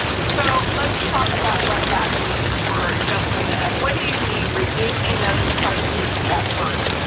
so let's talk about what that means for just a minute. what do you mean reducing those crises at birth?